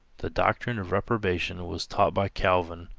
the doctrine of reprobation was taught by calvin,